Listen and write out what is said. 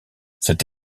cette